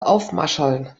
aufmascherln